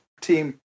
team